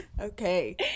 Okay